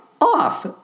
off